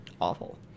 awful